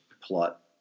plot